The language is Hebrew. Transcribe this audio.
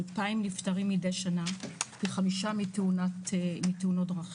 2,000 נפטרים מדי שנה, כ-5 מתאונות דרכים.